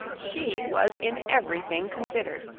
she was in every thing considered,